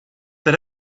that